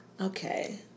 Okay